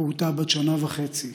פעוטה בת שנה וחצי,